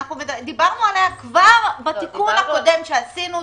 דיברנו עליה כבר בתיקון הקודם שעשינו,